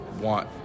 want